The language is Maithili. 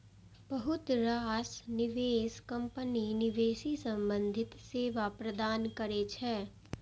बहुत रास निवेश कंपनी निवेश संबंधी सेवा प्रदान करै छै